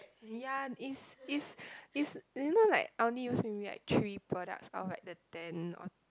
ya it's it's its you know like I only use maybe like three products out of like the ten or